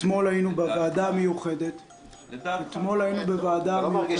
אתמול היינו בוועדה המיוחדת -- אתה לא מרגיש